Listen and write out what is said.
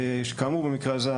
כאמור במקרה הזה,